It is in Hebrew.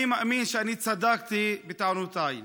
אני מאמין שאני צדקתי בטענותיי.